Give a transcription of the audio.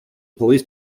police